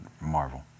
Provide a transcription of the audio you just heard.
Marvel